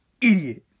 Idiot